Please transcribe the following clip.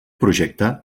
projecte